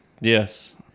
Yes